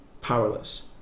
powerless